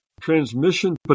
transmission